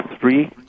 three